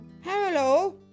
hello